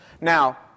Now